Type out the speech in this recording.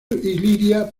iliria